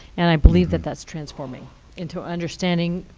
and i believe that that's transforming into understanding,